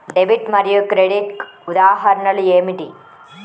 Debit మరియు credit ఉదాహరణలు ఏమిటీ?